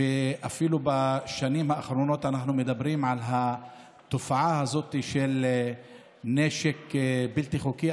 ואפילו בשנים האחרונות אנחנו מדברים על התופעה הזאת של נשק בלתי חוקי,